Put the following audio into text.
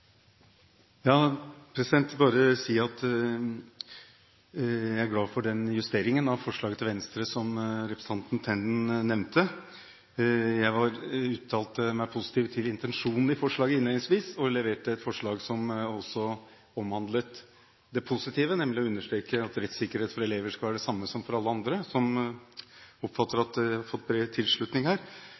representanten Tenden nevnte. Jeg uttalte meg positivt til intensjonen i forslaget innledningsvis. Jeg leverte et forslag som også omhandlet det positive, nemlig å understreke at rettssikkerhet for elever skal være den samme som for alle andre, som jeg oppfatter har fått bred tilslutning